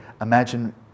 imagine